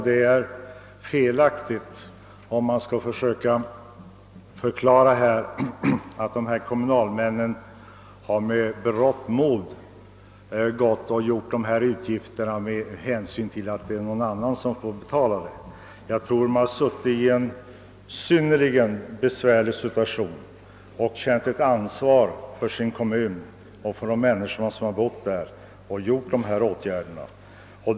Det är oriktigt att försöka göra gällande att dessa kommunalmän med berått mod har beslutat dessa utgifter med hänsyn till att någon annan får betala dem. Jag tror att de har varit i en synnerligen besvärlig situation och känt ett ansvar för sin kommun och för de människor som bor där och att de därför har vidtagit dessa åtgärder.